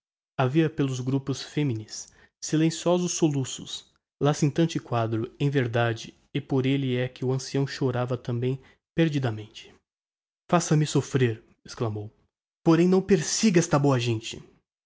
havia pelos grupos feminis silenciosos soluços lancinante quadro em verdade e por elle é que o ancião chorava também perdidamente faça-me soffrer exclamou porém não persiga esta boa gente